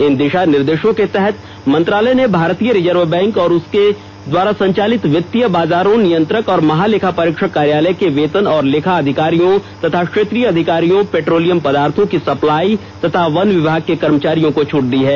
इन दिशा निर्देशों के तहत मंत्रालय ने भारतीय रिजर्व बैंक और उसके द्वारा संचालित वित्तीय बाजारों नियंत्रक और महालेखा परीक्षक कार्यालय के वेतन और लेखा अधिकारियों तथा क्षेत्रीय अधिकारियों पेट्रोलियम पदार्थों की सप्लाई तथा वन विभाग के कर्मचारियों को छूट दी है